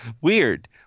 Weird